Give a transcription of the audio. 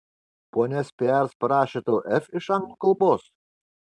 ponia spears parašė tau f iš anglų kalbos